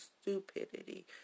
stupidity